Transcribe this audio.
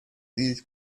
these